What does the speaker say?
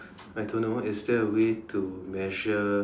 I don't know is there a way to measure